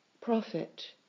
profit